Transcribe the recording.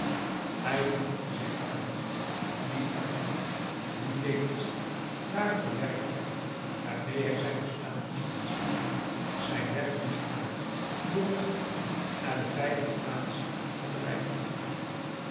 hij verdiepte zich daarin die arbeid en die wetenschap waren de werktuigen waarmee hij zijn bestaan moest fatsoeneeren zijn weg moest maken door het gedrang naar de veilige plaatsen van den rijkdom